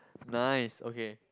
nice okay